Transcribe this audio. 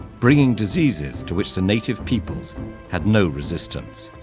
bringing diseases to which the native peoples had no resistance.